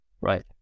Right